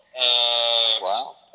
Wow